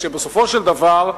כשבסופו של דבר,